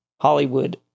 Hollywood